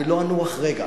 אני לא אנוח רגע